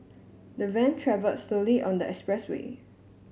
the van travelled slowly on the expressway